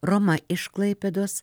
roma iš klaipėdos